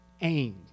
aimed